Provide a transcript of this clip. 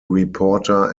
reporter